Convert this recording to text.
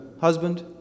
husband